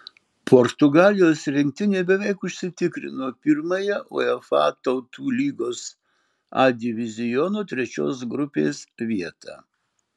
portugalijos rinktinė beveik užsitikrino pirmąją uefa tautų lygos a diviziono trečios grupės vietą